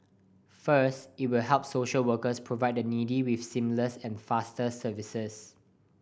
first it will help social workers provide the needy with seamless and faster services